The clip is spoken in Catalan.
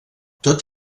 tot